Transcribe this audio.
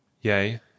Yea